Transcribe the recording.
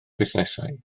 fusnesau